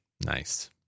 Nice